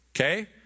Okay